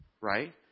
right